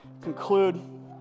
conclude